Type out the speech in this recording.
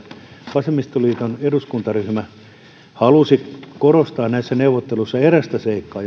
vasemmistoliiton eduskuntaryhmä halusi korostaa näissä neuvotteluissa erästä seikkaa